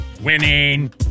winning